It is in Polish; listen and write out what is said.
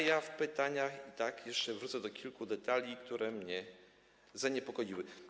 Ja w pytaniach i tak jeszcze wrócę do kilku detali, które mnie zaniepokoiły.